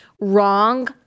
wrong